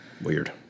Weird